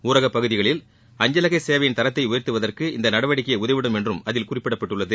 ஊரகப்பகுதிகளில் அஞ்சலக சேவையின் தரத்தை உயர்த்துவதற்கு இந்த நடவடிக்கை உதவிடும் என்றும் அதில் குறிப்பிடப்பட்டுள்ளது